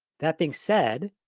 that being said,